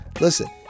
Listen